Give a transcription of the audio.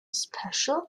special